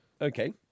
Okay